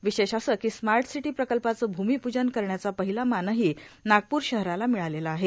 विशेष असं कि स्मार्ट सिटी प्रकल्पाचं भूमिपूजन करण्याचा पहिला मानही नागपूर शहराला मिळालेला आहे